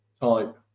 type